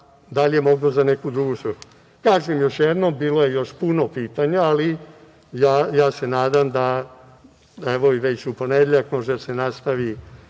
da li je moglo za neku drugu svrhu. Kažem još jednom, bilo je još puno pitanja ali ja se nadam da evo već u ponedeljak može da se nastavi